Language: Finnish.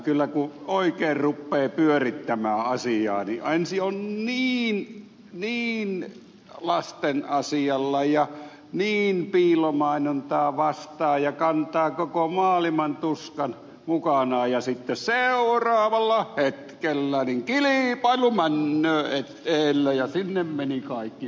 kyllä kun oikein rupeaa pyörittämään asiaa niin ensin on niin niin lasten asialla ja niin piilomainontaa vastaan ja kantaa koko maaliman tuskan mukanaan ja sitten seuraavalla hetkellä kilipailu männöö eelle ja sinne meni kaikki hyvät periaatteet